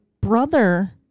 brother